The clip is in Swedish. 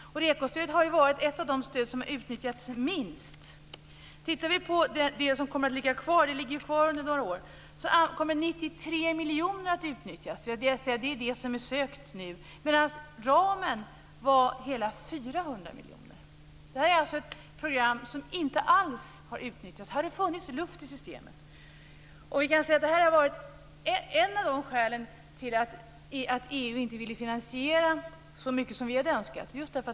REKO-stödet har ju varit ett av de stöd som har utnyttjats minst. Av det som kommer att ligga kvar några år kommer 93 miljoner att utnyttjas. Det är det som är sökt nu. Ramen var hela 400 miljoner. Detta är alltså ett program som inte alls har utnyttjats. Här har det funnits luft i systemet. Det har varit ett av skälen till att EU inte ville finansiera så mycket som vi hade önskat.